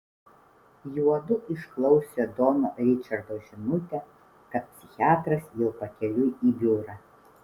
juodu išklausė dono ričardo žinutę kad psichiatras jau pakeliui į biurą